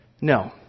No